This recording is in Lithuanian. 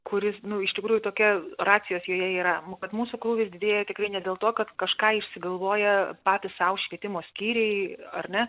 kuris nu iš tikrųjų tokia racijos joje yra m kad mūsų krūvis didėja tikrai ne dėl to kad kažką išsigalvoja patys sau švietimo skyriai ar ne